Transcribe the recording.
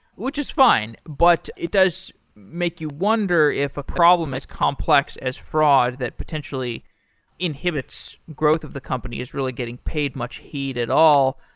which is fine, but it does make you wonder if a problem is complex as fraud that potentially inhibits growth of the company, is really getting paid much heed at all.